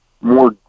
more